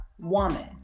woman